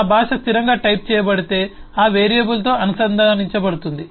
నా భాష స్థిరంగా టైప్ చేయబడితే ఆ వేరియబుల్తో అనుబంధించబడుతుంది